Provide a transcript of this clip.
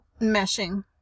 meshing